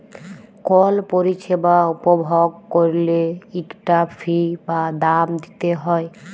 call পরিছেবা উপভগ ক্যইরলে ইকটা ফি বা দাম দিইতে হ্যয়